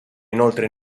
inoltre